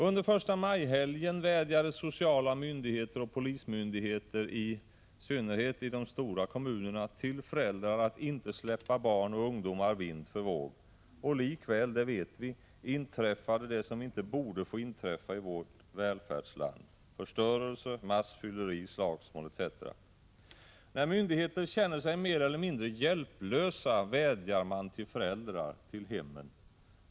Under förstamajhelgen vädjade sociala myndigheter och polismyndigheter, i synnerhet i de stora kommunerna, till föräldrar att inte släppa barn och ungdomar vind för våg. Och likväl, det vet vi, inträffade det som inte borde få inträffa i vårt välfärdsland — förstörelse, massfylleri, slagsmål etc. När myndigheter känner sig mer eller mindre hjälplösa, vädjar man till föräldrar, till hemmen.